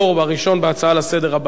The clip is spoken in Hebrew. הראשון בהצעה לסדר-היום הבאה.